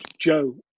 Joe